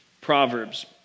Proverbs